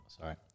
Sorry